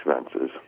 expenses